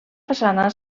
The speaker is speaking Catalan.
façana